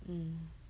mm